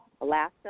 Alaska